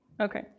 okay